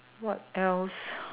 what else